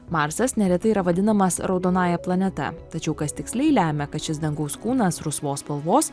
marsas neretai yra vadinamas raudonąja planeta tačiau kas tiksliai lemia kad šis dangaus kūnas rusvos spalvos